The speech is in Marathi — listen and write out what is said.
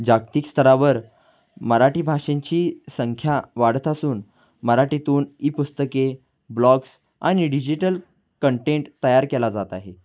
जागतिक स्तरावर मराठी भाषेंची संख्या वाढत असून मराठीतून ई पुस्तके ब्लॉग्स आणि डिजिटल कंटेंट तयार केला जात आहे